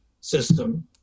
system